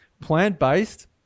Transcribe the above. plant-based